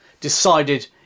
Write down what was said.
decided